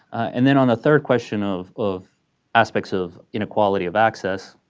and then on a third question of of aspects of inequality of access,